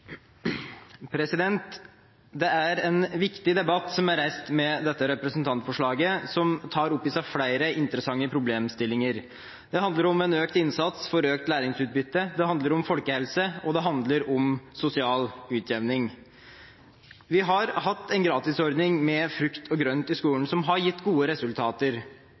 Det er en viktig debatt som er reist med dette representantforslaget, som tar opp flere interessante problemstillinger. Det handler om en økt innsats for økt læringsutbytte, det handler om folkehelse, og det handler om sosial utjevning. Vi har hatt en gratisordning med frukt og grønt i skolen som har gitt gode resultater.